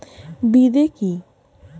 বিদে কি?